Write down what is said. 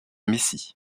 messie